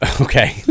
okay